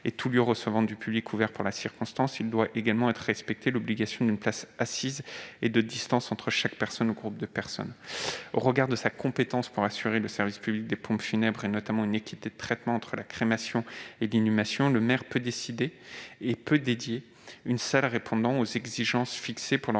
tout lieu recevant du public ouvert pour la circonstance, il faut également respecter l'obligation d'une place assise libre et d'une distance minimale entre deux personnes ou groupes de personnes. Au regard de sa compétence pour assurer le service public des pompes funèbres et l'équité de traitement entre la crémation et l'inhumation, le maire peut dédier une salle répondant aux exigences fixées pour l'organisation